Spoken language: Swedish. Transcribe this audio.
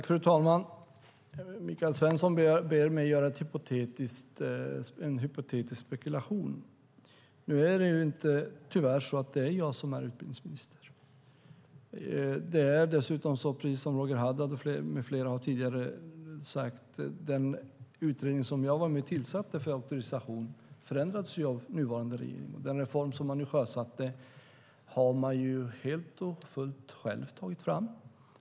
Fru talman! Michael Svensson ber mig att göra en hypotetisk spekulation. Tyvärr är det så att jag inte är utbildningsminister. Dessutom är det så, precis som Roger Haddad med flera tidigare sagt, att den utredning för auktorisation som jag var med och tillsatte förändrats av den nuvarande regeringen. Den reform man sjösatte har man helt och fullt själv tagit fram.